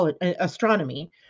astronomy